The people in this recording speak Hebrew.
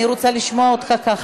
אני רוצה לשמוע אותך ככה.